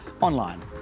online